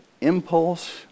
impulse